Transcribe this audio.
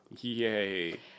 yay